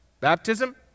baptism